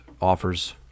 offers